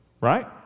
right